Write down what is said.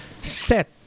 set